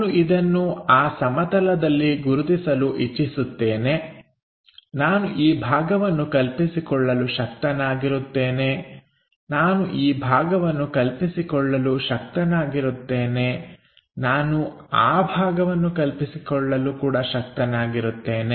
ನಾನು ಇದನ್ನು ಆ ಸಮತಲದಲ್ಲಿ ಗುರುತಿಸಲು ಇಚ್ಚಿಸುತ್ತೇನೆ ನಾನು ಈ ಭಾಗವನ್ನು ಕಲ್ಪಿಸಿಕೊಳ್ಳಲು ಶಕ್ತನಾಗಿರುತ್ತೇನೆ ನಾನು ಈ ಭಾಗವನ್ನು ಕಲ್ಪಿಸಿಕೊಳ್ಳಲು ಶಕ್ತನಾಗಿರುತ್ತೇನೆ ನಾನು ಆ ಭಾಗವನ್ನು ಕಲ್ಪಿಸಿಕೊಳ್ಳಲು ಶಕ್ತನಾಗಿರುತ್ತೇನೆ